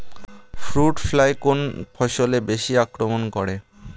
Fruit fly কোন ফসলে বেশি আক্রমন করে?